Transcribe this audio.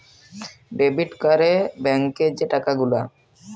debit ক্যরে ব্যাংকে যে টাকা গুলা